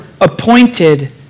appointed